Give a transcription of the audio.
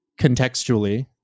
contextually